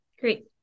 Great